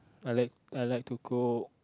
I like I like to cook